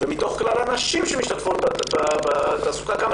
ומתוך כלל הנשים שמשתתפות בתעסוקה כמה